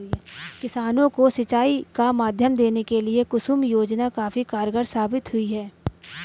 किसानों को सिंचाई का माध्यम देने के लिए कुसुम योजना काफी कारगार साबित हुई है